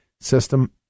system